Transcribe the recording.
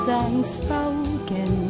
unspoken